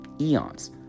eons